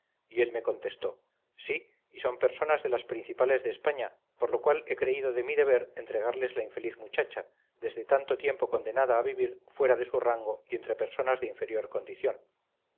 y él me contestó sí y son personas de las principales de españa por lo cual he creído de mi deber entregarles la infeliz muchacha desde tanto tiempo condenada a vivir fuera de su rango y entre personas de inferior condición